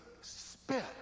spit